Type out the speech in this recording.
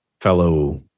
fellow